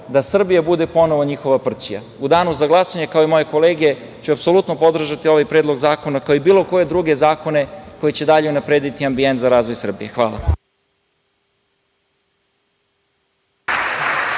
da Srbija bude ponovo njihova prćija.U danu za glasanje, kao i moje kolege, ću apsolutno podržati ovaj predlog zakona, kao i bilo koje druge zakone koji će dalje unaprediti ambijent za razvoj Srbije. Hvala.